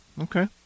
Okay